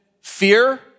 fear